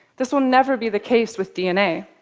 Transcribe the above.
this will never be the case with dna.